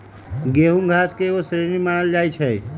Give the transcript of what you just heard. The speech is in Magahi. गेहूम घास के एगो श्रेणी मानल जाइ छै